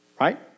right